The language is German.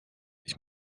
ich